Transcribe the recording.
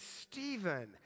Stephen